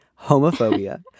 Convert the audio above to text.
homophobia